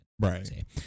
Right